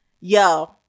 Yo